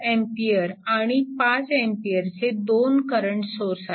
5A आणि 5A चे दोन करंट सोर्स आहेत